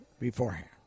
beforehand